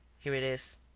here it is.